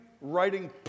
writing